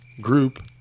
group